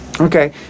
Okay